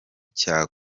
cya